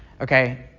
okay